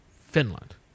Finland